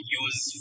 use